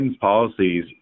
policies